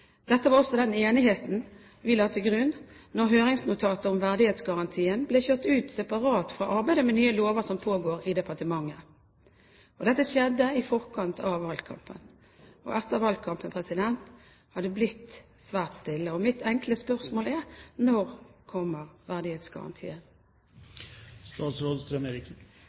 Dette var også den enigheten vi la til grunn da høringsnotatet om verdighetsgarantien ble kjørt ut separat fra arbeidet med nye lover som pågår i departementet. Dette skjedde i forkant av valgkampen. Etter valgkampen har det blitt svært stille. Mitt enkle spørsmål er: Når kommer